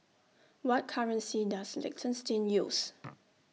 What currency Does Liechtenstein use